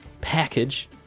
package